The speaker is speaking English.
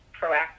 proactive